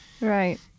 right